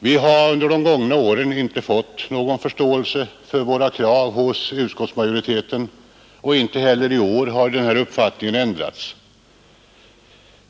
Vi har under de gångna åren inte fått någon förståelse för våra krav hos utskottsmajoriteten, och inte heller i år har uppfattningen ändrats.